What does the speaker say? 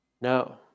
No